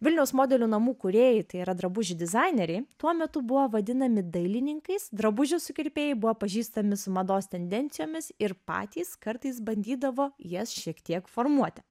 vilniaus modelių namų kūrėjai tai yra drabužių dizaineriai tuo metu buvo vadinami dailininkais drabužių sukirpėjai buvo pažįstami su mados tendencijomis ir patys kartais bandydavo jas šiek tiek formuoti